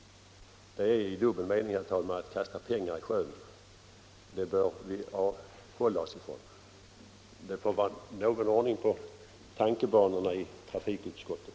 Det är i dubbel mening att kasta pengarna i sjön, och det bör vi avhålla oss ifrån. Det får vara någon ordning på tankebanorna i trafikutskottet.